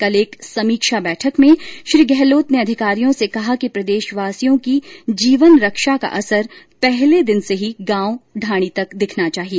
कल एक समीक्षा बैठक में श्री गहलोत ने अधिकारियों से कहा कि प्रदेशवासियों की जीवन रक्षा का असर पहले दिन से ही गांव ढाणी तक दिखना चाहिए